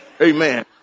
Amen